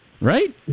Right